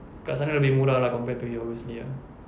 dekat sana lebih murah lah compared to you sini ah